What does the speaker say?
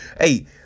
hey